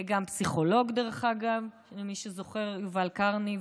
וגם פסיכולוג, דרך אגב, למי שזוכר, יובל כרמי.